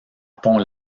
pont